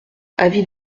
avis